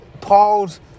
Paul's